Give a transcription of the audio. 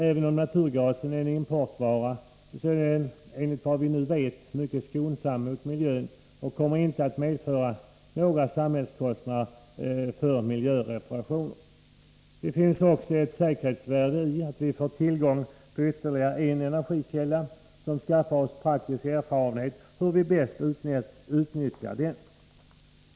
Även om naturgasen är en importvara, så är den enligt vad vi nu vet mycket skonsam mot miljön och kommer inte att medföra några samhällskostnader för miljöreparationer. Det finns också ett säkerhetsvärde i att vi får tillgång till ytterligare en energikälla och skaffar oss praktisk erfarenhet av hur vi bäst utnyttjar den.